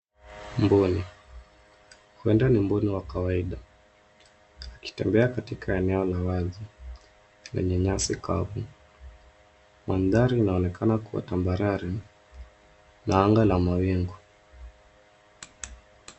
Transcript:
Mbuni, huenda ni mbuni wa kawaida akitembea katika eneo la wazi kwenye nyasi kavu. Mandhari inaonekana kuwa tambarare na anga la mawingu.